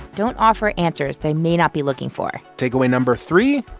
don't offer answers they may not be looking for takeaway number three,